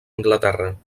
anglaterra